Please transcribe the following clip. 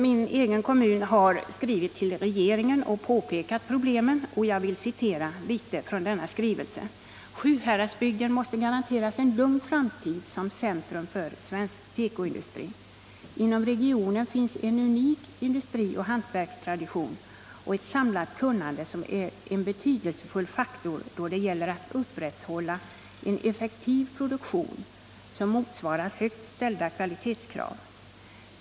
Min hemkommun har skrivit till regeringen och pekat på problemen på detta område, och jag vill citera något ur denna skrivelse: ”Sjuhäradsbygden måste garanteras en lugn framtid som centrum för svensk tekoindustri. Inom regionen finns en unik industrioch hantverkstradition och ett samlat kunnande som är betydelsefulla faktorer då det gäller att upprätthålla en effektiv produktion som motsvarar högt ställda kvalitetskrav.